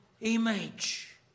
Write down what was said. image